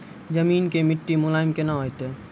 जमीन के मिट्टी मुलायम केना होतै?